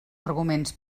arguments